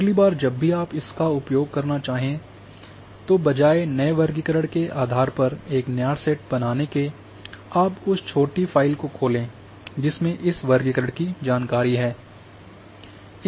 अगली बार जब भी आप इसको उपयोग करना चाहें तो बजाय नए वर्गीकरण के आधार पर एक नया डेटासेट बनाने के आप बस उस छोटी फ़ाइल को खोलें जिसमें इस वर्गीकरण की जानकारी है